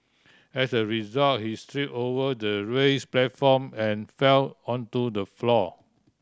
as a result she trip over the raise platform and fell onto the floor